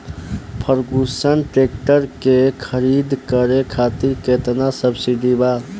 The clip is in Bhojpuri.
फर्गुसन ट्रैक्टर के खरीद करे खातिर केतना सब्सिडी बा?